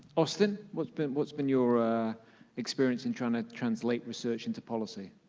austin, what's been what's been your experience in trying to translate research into policy?